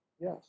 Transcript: Yes